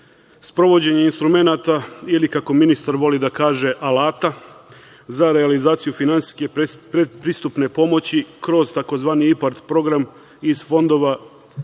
sprovođenje instrumenata ili, kako ministar voli da kaže, alata za realizaciju finansijske predpristupne pomoći kroz takozvani IPARD program iz fondova